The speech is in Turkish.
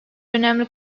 önemli